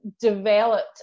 developed